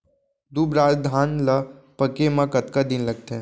दुबराज धान ला पके मा कतका दिन लगथे?